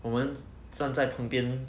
我们站在旁边